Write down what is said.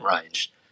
range